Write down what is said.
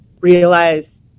realize